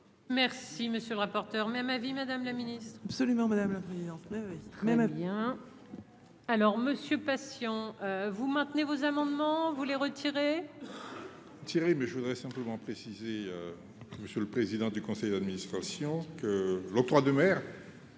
Merci, monsieur le rapporteur, même avis, Madame la Ministre. Absolument, madame la présidente, mais oui, même à bien. Alors Monsieur passion vous maintenez vos amendements vous les retirer.